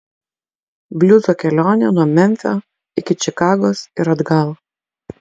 bliuzo kelionė nuo memfio iki čikagos ir atgal